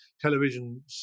television